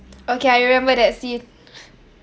okay I remember that scene